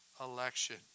election